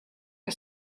que